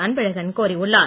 அன்பழகன் கோரியுள்ளார்